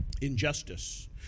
Injustice